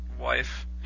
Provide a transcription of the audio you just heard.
wife